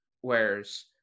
Whereas